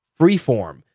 Freeform